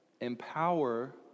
empower